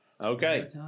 Okay